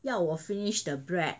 要我 finish the bread